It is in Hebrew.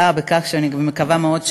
לקריאה ראשונה.